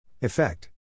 Effect